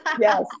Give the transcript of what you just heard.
Yes